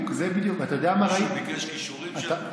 מישהו ביקש כישורים שם?